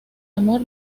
amor